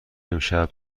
امشب